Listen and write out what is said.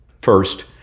First